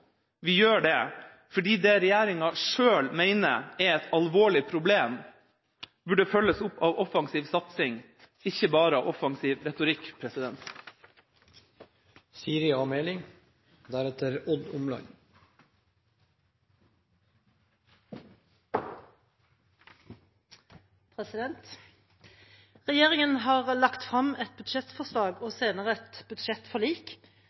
vi gjør det fordi det regjeringa sjøl mener er et alvorlig problem, burde følges opp av offensiv satsing, ikke bare av offensiv retorikk. Regjeringen har lagt frem et budsjettforslag, og senere et budsjettforlik,